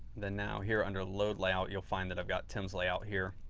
then now here under load layout, you'll find that i've got tim's layout here